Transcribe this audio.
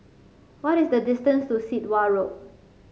what is the distance to Sit Wah Road